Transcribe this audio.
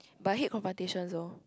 but I hate confrontations though